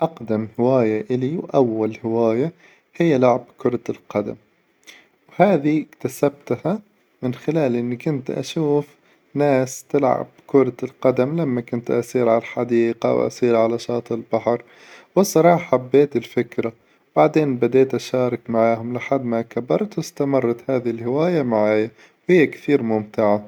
أقدم هواية إلي وأول هواية هي لعب كرة القدم، وهذي اكتسبتها من خلال إني كنت أشوف ناس تلعب كرة القدم لما كنت أسير على الحديقة وأسير على شاطئ البحر، والصراحة حبيت الفكرة بعدين بدأت أشارك معاهم لحد ما كبرت واستمرت هذي الهواية معايا، وهي كثير ممتعة.